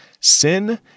Sin